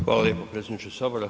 Hvala lijepo predsjedniče sabora.